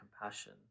compassion